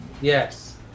Yes